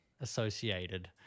associated